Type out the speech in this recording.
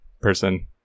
person